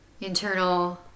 internal